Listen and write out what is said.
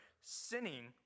sinning